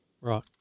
Right